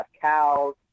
cows